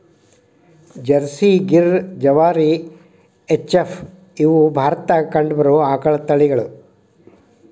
Jersey, Gir, Jawari, H F, ಇವ ಭಾರತದಾಗ ಕಂಡಬರು ಆಕಳದ ತಳಿಗಳು